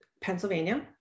Pennsylvania